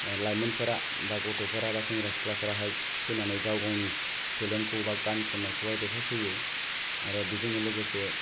लाइमोनफोरा बा गथ' फोरा बा सेंग्रा सिख्लाफ्राहाय फैनानै गाव गावनि टेलेन्ट खौ बा गान खन्नायखौहाय देखाय फैयो आरो बेजोंनो लोगोसे